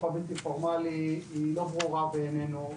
הבלתי פורמלי היא לא ברורה בעינינו,